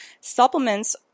Supplements